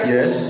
Yes